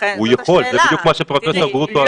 הוא יכול, זה בדיוק מה שפרופ' גרוטו אז אמר.